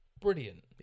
brilliant